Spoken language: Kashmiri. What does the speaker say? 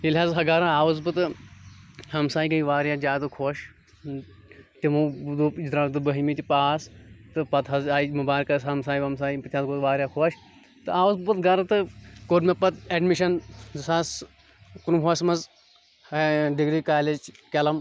ییٚلہِ حظ گرٕ آوُس بہٕ تہٕ ہمسایہِ گٔیے واریاہ زیادٕ خۄش تِمو دوٚپ یہِ درٛاو بٔہمہِ تہِ پاس تہٕ پَتہٕ حظ آیہِ مُبارٕکَس ہمسایہِ وَمسایہ واریاہ خۄش تہٕ آوُس بہٕ گرٕ تہٕ کوٚر مےٚ پَتہٕ اٮ۪ڈمِشن زٕ ساس کُنوُہس منٛز ڈگری کالیج کیلَم